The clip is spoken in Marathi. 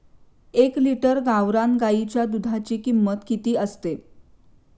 एक लिटर गावरान गाईच्या दुधाची किंमत किती असते?